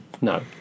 No